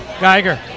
Geiger